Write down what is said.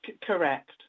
correct